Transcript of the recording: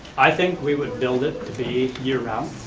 i think we would build it to be year-round,